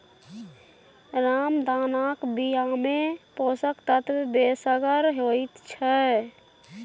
रामदानाक बियामे पोषक तत्व बेसगर होइत छै